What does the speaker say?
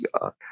God